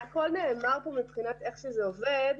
הכול נאמר מבחינת איך שזה עובד,